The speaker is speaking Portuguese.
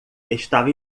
estava